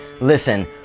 Listen